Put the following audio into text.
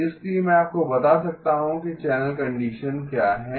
इसलिए मैं आपको बता सकता हूं कि चैनल कंडीशन क्या है